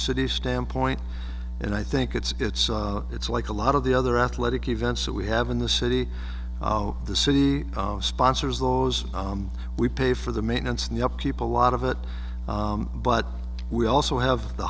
city standpoint and i think it's it's it's like a lot of the other athletic events that we have in the city the city sponsors laws we pay for the maintenance and the upkeep a lot of it but we also have the